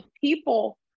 people